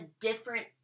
different